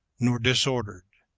nor disordered.